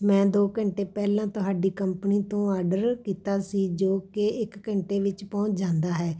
ਮੈਂ ਦੋ ਘੰਟੇ ਪਹਿਲਾਂ ਤੁਹਾਡੀ ਕੰਪਨੀ ਤੋਂ ਆਰਡਰ ਕੀਤਾ ਸੀ ਜੋ ਕਿ ਇੱਕ ਘੰਟੇ ਵਿੱਚ ਪਹੁੰਚ ਜਾਂਦਾ ਹੈ